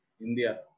India